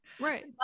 Right